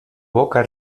boca